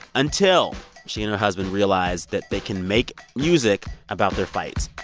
until she and her husband realize that they can make music about their fights